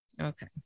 Okay